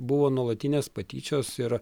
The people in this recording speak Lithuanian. buvo nuolatinės patyčios ir